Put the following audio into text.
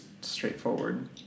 straightforward